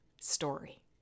story